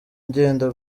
ngenda